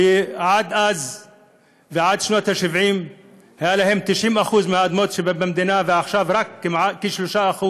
שעד אז ועד שנות ה-70 היו להם 90% מהאדמות שבמדינה ועכשיו כ-3%,